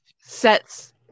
sets